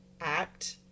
act